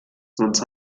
sonst